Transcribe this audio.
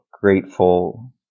grateful